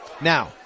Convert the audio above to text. Now